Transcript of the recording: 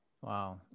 Wow